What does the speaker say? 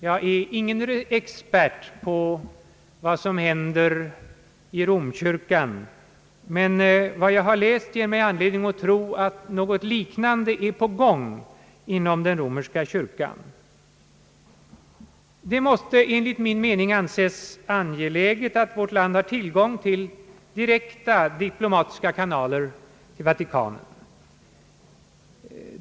Jag är ingen expert på vad som händer inom Romkyrkan, men vad jag har läst ger mig anledning att tro att något liknande är på gång inom den romerska kyrkan. Det måste enligt min mening anses angeläget att vårt land har tillgång till direkta diplomatiska kanaler i Vatikanen.